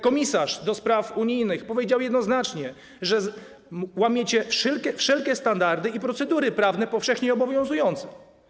Komisarz do spraw unijnych powiedział jednoznacznie, że łamiecie wszelkie standardy i procedury prawne powszechnie obowiązujące.